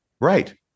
Right